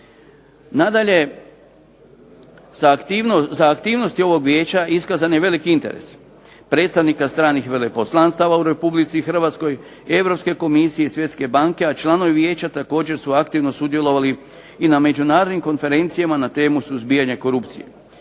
Nadalje, za aktivnosti ovog vijeća iskazan je veliki interes predstavnika stranih veleposlanstava u RH, Europske komisije, Svjetske banke, a članovi vijeća također su aktivno sudjelovali i na međunarodnim konferencijama na temu suzbijanja korupcije.